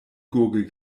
gurgel